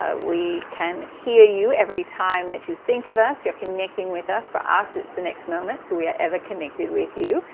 ah we can hear you. every time that you think of us, you're connecting with us. for us it's the next moment. so we are ever connected with you.